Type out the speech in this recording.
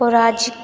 वो राज्य